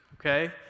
okay